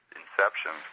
inception